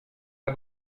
pas